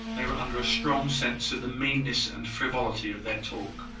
they were under a strong sense of the meanness and frivolity of their talk,